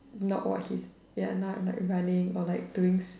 not what he ya now I'm right running or like doing